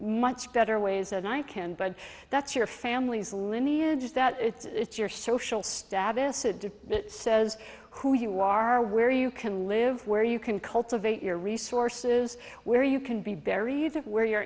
much better ways than i can but that's your family's lineage that it's your social status it does it says who you are where you can live where you can cultivate your resources where you can be buried where your